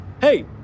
Hey